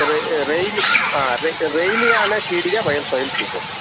रे रेल् हा रेल् रेल्यान शीडिका वयं स्वयं स्वीकुर्मः